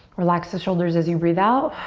relax the shoulders as you breathe out.